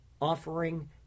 offering